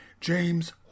James